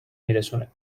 میرسونه